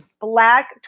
Black